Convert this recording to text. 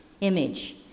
image